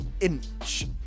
inch